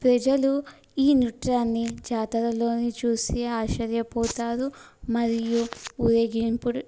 ప్రజలు ఈ నృత్యాన్ని జాతరలోని చూసి ఆశ్చర్యపోతారు మరియు ఊరేగింపు